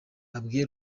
abwiye